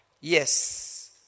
Yes